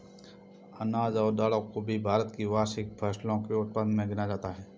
अनाज और दालों को भी भारत की वार्षिक फसलों के उत्पादन मे गिना जाता है